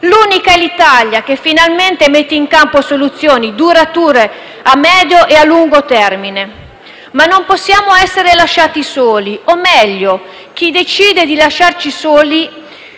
L'unica è l'Italia, che finalmente mette in campo soluzioni durature, a medio e a lungo termine. Ma non possiamo essere lasciati soli, o meglio: chi decide di lasciarci soli